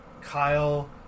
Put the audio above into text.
Kyle